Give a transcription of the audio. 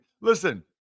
Listen